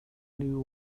new